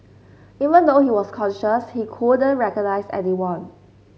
even though he was conscious he couldn't recognise anyone